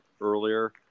earlier